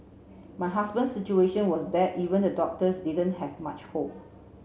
my husband's situation was bad even the doctors didn't have much hope